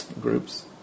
groups